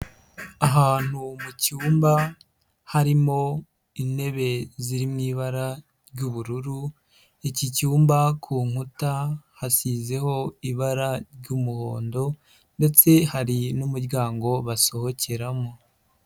Ahantu mu cyumba harimo intebe ziri mu ibara ry'ubururu, iki cyumba ku nkuta hasizeho ibara ry'umuhondo ndetse hari n'umuryango basohokeramo.